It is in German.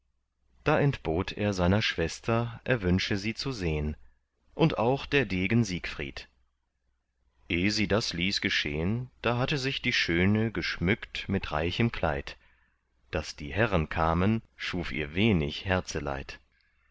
da entbot er seiner schwester er wünsche sie zu sehn und auch der degen siegfried eh sie das ließ geschehn da hatte sich die schöne geschmückt mit reichem kleid daß die herren kamen schuf ihr wenig